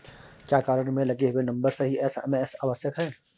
क्या कार्ड में लगे हुए नंबर से ही एस.एम.एस आवश्यक है?